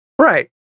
Right